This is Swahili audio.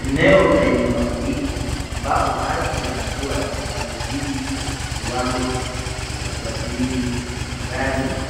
Eneo lenye mafuriko ambapo maji ya mvua yamezidi kiwango ya kuathiri magari